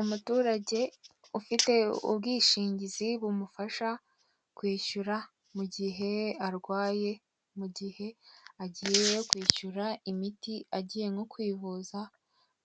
Umuturage ufite ubwishingizi ,bumufasha kwishyura, mugihe arwaye, mugihe agiye kwishyura imiti agiye nko kwivuza